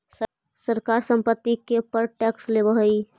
सरकार संपत्ति के पर टैक्स लेवऽ हई